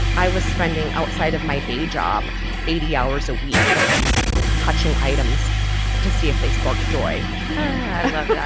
i was spending outside of my day job eighty hours a week at least touching items to see if they sparked joy but but i